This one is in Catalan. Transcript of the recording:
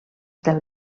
del